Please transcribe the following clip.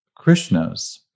Krishnas